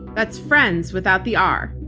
that's friends without the r,